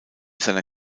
seiner